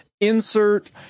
insert